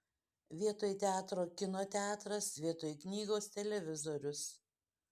vietoj teatro kino teatras vietoj knygos televizorius